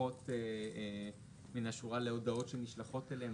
לקוחות מן השורה להודעות שנשלחות אליהם.